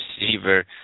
receiver